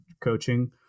coaching